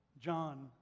John